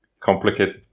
Complicated